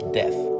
death